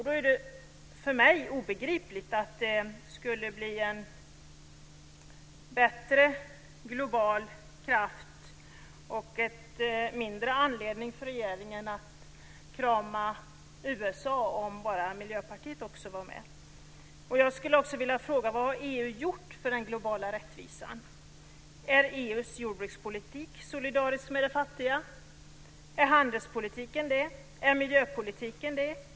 Då är det för mig obegripligt att det skulle bli en bättre global kraft och mindre anledning för regeringen att krama USA om bara Miljöpartiet också var med. Jag skulle också vilja fråga: Vad har EU gjort för den globala rättvisan? Är EU:s jordbrukspolitik solidarisk med de fattiga? Är handelspolitiken det? Är miljöpolitiken det?